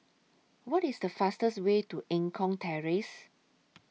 What IS The fastest Way to Eng Kong Terrace